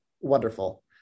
wonderful